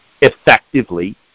effectively